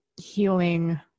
healing